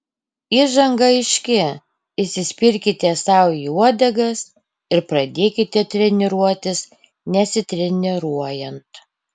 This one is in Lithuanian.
įžanga aiški įsispirkite sau į uodegas ir pradėkite treniruotis nesitreniruojant